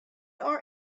our